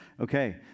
Okay